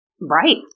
Right